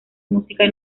música